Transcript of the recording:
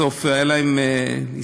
בסוף היו להן הסתייגויות,